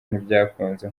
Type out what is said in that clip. ntibyakunze